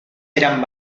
eran